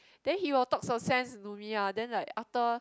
then he will talk so sense to me ah then like utter